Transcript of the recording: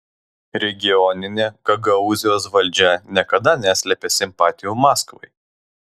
regioninė gagaūzijos valdžia niekada neslėpė simpatijų maskvai